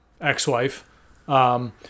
ex-wife